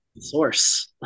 source